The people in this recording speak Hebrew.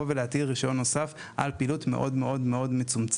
ולהטיל רישיון נוסף על פעילות מאוד מאוד מצומצמת.